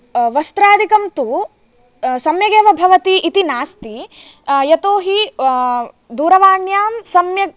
वस्त्रादिकं तु सम्यगेव भवति इति नास्ति यतो हि दूरवाण्यां सम्यक्